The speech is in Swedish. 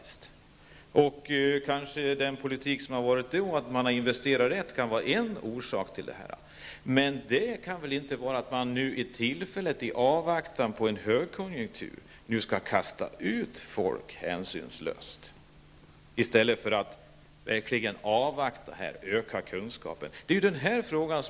En orsak till detta kanske är den politik som har förts och att man har investerat rätt. Men av den anledningen kan man väl inte nu, i avvaktan på en högkonjunktur, kasta ut folk hänsynslöst från företagen i stället för att avvakta och öka kunskaperna.